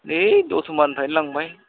नै दत'मानिफ्रायनो लांबाय